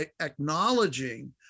acknowledging